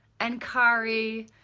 and kari,